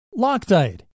Loctite